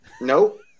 Nope